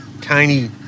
tiny